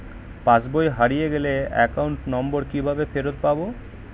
পাসবই হারিয়ে গেলে account number কিভাবে ফেরত পাব?